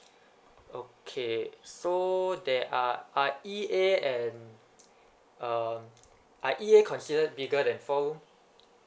okay so there are uh E_A and um uh E_A considered bigger than four room